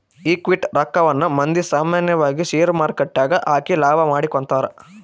equity ರಕ್ಕವನ್ನ ಮಂದಿ ಸಾಮಾನ್ಯವಾಗಿ ಷೇರುಮಾರುಕಟ್ಟೆಗ ಹಾಕಿ ಲಾಭ ಮಾಡಿಕೊಂತರ